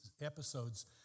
episodes